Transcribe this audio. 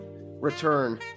return